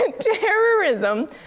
Terrorism